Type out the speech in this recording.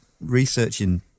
researching